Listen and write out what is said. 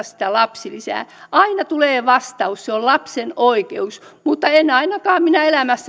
sitä lapsilisää aina tulee vastaus se on lapsen oikeus mutta en ainakaan minä elämässäni